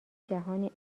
جهانی